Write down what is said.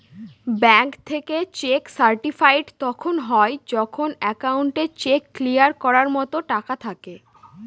bank থেকে cheque certified তখন হয় যখন একাউন্টে চেক ক্লিয়ার করার মতো টাকা থাকে